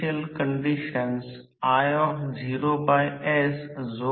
rotor वेगाने n व ns n येथे रोटर क्षेत्र कार्यरत असल्याने ते पहा